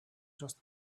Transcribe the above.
just